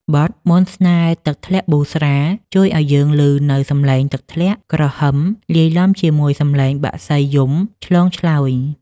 បទ «មន្តស្នេហ៍ទឹកធ្លាក់ប៊ូស្រា» ជួយឱ្យយើងឮនូវសំឡេងទឹកធ្លាក់គ្រហឹម លាយឡំជាមួយសំឡេងបក្សីយំឆ្លងឆ្លើយ។